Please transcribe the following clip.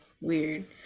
weird